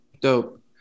Dope